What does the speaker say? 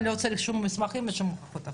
אז לא צריך שום מסמכים ושום הוכחות אחרות,